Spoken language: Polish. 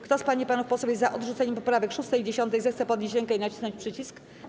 Kto z pań i panów posłów jest za odrzuceniem poprawek 6. i 10., zechce podnieść rękę i nacisnąć przycisk.